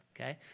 okay